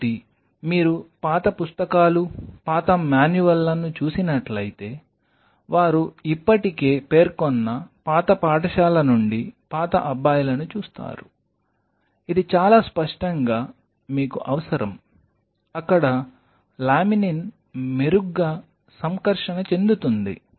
కాబట్టి మీరు పాత పుస్తకాలు పాత మాన్యువల్లను చూసినట్లయితే వారు ఇప్పటికే పేర్కొన్న పాత పాఠశాల నుండి పాత అబ్బాయిలను చూస్తారు ఇది చాలా స్పష్టంగా మీకు అవసరం అక్కడ లామినిన్ మెరుగ్గా సంకర్షణ చెందుతుంది